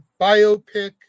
biopic